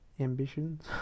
ambitions